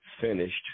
finished